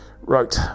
right